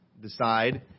decide